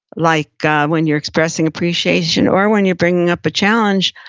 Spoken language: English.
like ah when you're expressing appreciation or when you're bringing up a challenge,